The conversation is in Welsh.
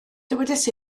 dywedais